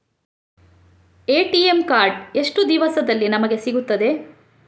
ATM card ಎಷ್ಟು ದಿವಸದಲ್ಲಿ ನಮಗೆ ಸಿಗುತ್ತದೆ?